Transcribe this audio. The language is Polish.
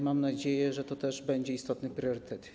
Mam nadzieję, że to też będzie istotny priorytet.